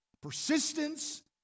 Persistence